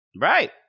Right